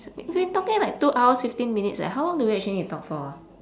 we've been like talking like two hours fifteen minutes leh how long do we actually need to talk for ah